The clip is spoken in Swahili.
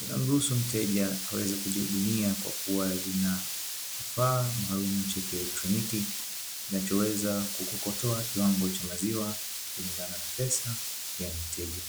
lina mruhusu mteja aweze kijihudumia, kwakuwa linakifaa maalumu cha kieletroniki kinachoweza kukokotoa kiwango cha maziwa kulingana na pesa ya mteja.